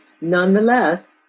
Nonetheless